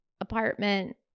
apartment